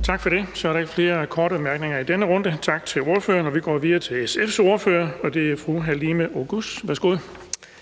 Kl. 14:05 Den fg. formand (Erling Bonnesen): Tak for det. Så er der ikke flere korte bemærkninger i denne runde. Tak til ordføreren. Vi går videre til SF's ordfører, og det er fru Halime Oguz. Værsgo.